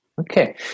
Okay